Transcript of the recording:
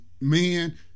man